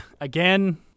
again